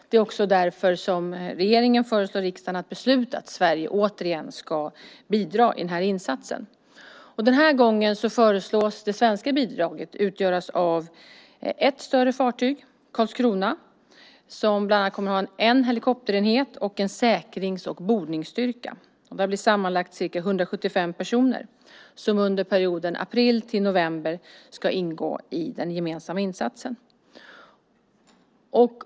Det är också därför som regeringen föreslår riksdagen att besluta att Sverige återigen ska bidra i den här insatsen. Den här gången föreslås det svenska bidraget utgöras av ett större fartyg, Carlskrona, som bland annat kommer att ha en helikopterenhet och en säkrings och bordningsstyrka. Det är sammanlagt ca 175 personer som under perioden april-november ska ingå i den gemensamma insatsen.